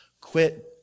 Quit